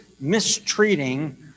mistreating